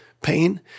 pain